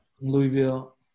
Louisville